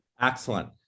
Excellent